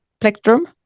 plectrum